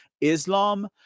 Islam